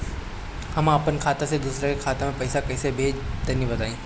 हम आपन खाता से दोसरा के खाता मे पईसा कइसे भेजि तनि बताईं?